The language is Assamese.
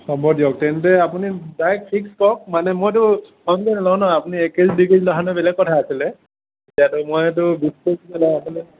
হ'ব দিয়ক তেন্তে আপুনি ডাইৰেক্ট ফিক্স কওক মানে মইতো কমকৈ নলওঁ ন আপুনি এক কেজি দুই কেজি হোৱাহেঁতেন বেলেগ আছিলে এতিয়াতো মইতো